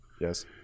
Yes